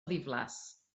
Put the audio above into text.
ddiflas